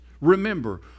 Remember